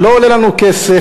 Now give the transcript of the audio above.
שלא עולה לנו כסף,